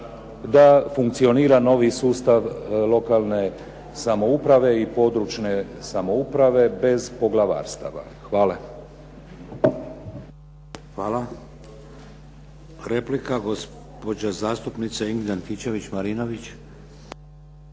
da funkcionira novi sustav lokalne samouprave i područne samouprave bez poglavarstava. Hvala. **Šeks, Vladimir (HDZ)** Hvala. Replika, gospođa Ingrid Antičević-Marinović.